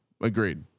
Agreed